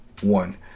one